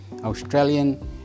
Australian